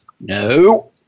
No